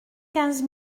quinze